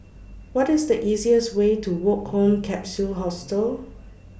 What IS The easiest Way to Woke Home Capsule Hostel